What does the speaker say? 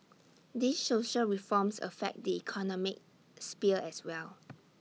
these social reforms affect the economic sphere as well